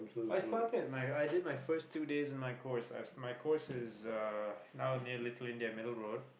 I started my i did my first two days in my course as my course is uh now near Little India middle road